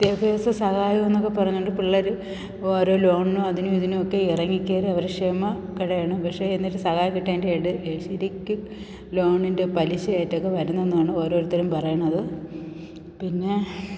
വിദ്യാഭ്യാസ സഹായമെന്നൊക്കെ പറഞ്ഞതു കൊണ്ട് പിള്ളേർ ഓരോ ലോണിനും അതിനുമിതിനുമൊക്കെ ഇറങ്ങിക്കയറി അവരെ ക്ഷമകെടുകയാണ് പക്ഷെ എന്നിട്ട് സഹായം കിട്ടിയതിന്റെ ശരിക്കും ലോണിന്റെ പലിശയായിട്ടൊക്കെ വരുന്നെന്നാണ് ഒരോരുത്തരും പറയുന്നത് പിന്നെ